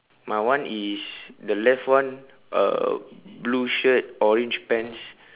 my one is the left one uh blue shirt orange pants